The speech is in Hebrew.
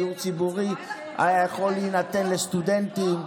דיור ציבורי היה יכול להינתן לסטודנטים,